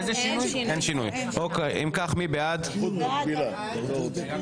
מי בעד?